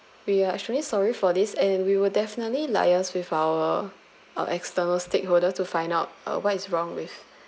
we are extremely sorry for this and we will definitely liaise with our our external stakeholder to find out uh what is wrong with